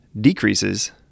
decreases